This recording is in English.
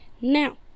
Now